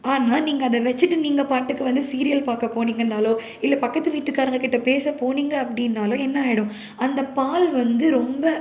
ஆனால் நீங்கள் அதை வெச்சுட்டு நீங்கள் பாட்டுக்கு வந்து சீரியல் பார்க்க போனீங்கன்னாலோ இல்லை பக்கத்து வீட்டுக்காரங்ககிட்டே பேசப் போனீங்க அப்படின்னாலோ என்ன ஆகிடும் அந்தப் பால் வந்து ரொம்ப